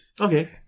Okay